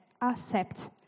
accept